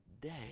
day